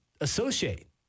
associate